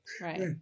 Right